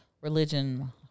religion